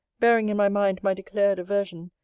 bearing in my mind my declared aversion,